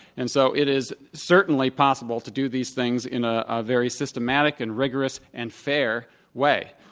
and so it is certainly possible to do these things in a very systematic and rigorous and fair way.